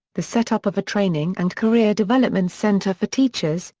the set up of a training and career development center for teachers,